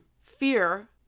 Fear